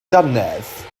dannedd